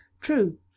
true